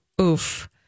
oof